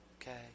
Okay